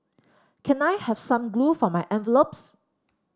can I have some glue for my envelopes